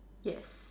yes